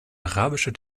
arabischer